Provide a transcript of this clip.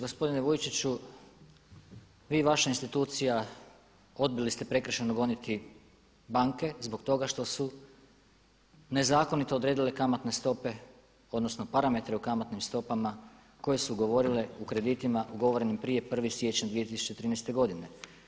Gospodine Vujčiću, vi i vaša institucija odbili ste prekršajno goniti banke zbog toga što su nezakonito odredile kamatne stope odnosno parametre o kamatnim stopama koje su govorile u kreditima ugovorenim prije 1. siječnja 2013. godine.